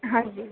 ਹਾਂਜੀ